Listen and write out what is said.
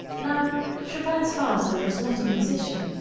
now chopin's father was not a musician,